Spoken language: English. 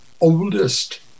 oldest